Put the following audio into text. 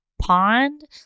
pond